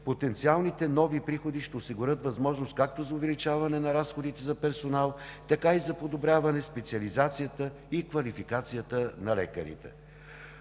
потенциалните нови приходи ще осигурят възможност както за увеличаване на разходите за персонал, така и за подобряване на специализацията и квалификацията на лекарите.